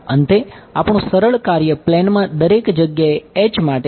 અંતે આપણું સરળ કાર્ય પ્લેનમાં દરેક જગ્યાએ માટે છે